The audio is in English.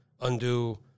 undo